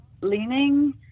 leaning